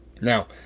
Now